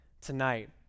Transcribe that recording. tonight